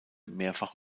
mehrfach